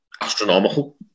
Astronomical